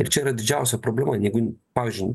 ir čia yra didžiausia problema jeigu pavyzdžiui